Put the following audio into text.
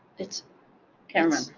it's camera.